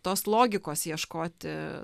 tos logikos ieškoti